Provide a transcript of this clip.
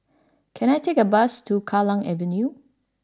can I take a bus to Kallang Avenue